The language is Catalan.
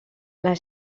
les